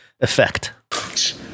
effect